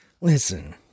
Listen